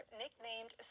nicknamed